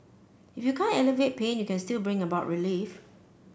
if you can't alleviate pain you can still bring about relief